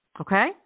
Okay